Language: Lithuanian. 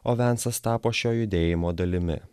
o vensas tapo šio judėjimo dalimi